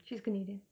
she's canadian